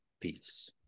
Peace